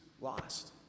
lost